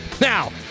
Now